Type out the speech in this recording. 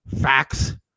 facts